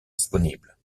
disponibles